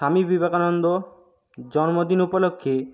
স্বামী বিবেকানন্দ জন্মদিন উপলক্ষে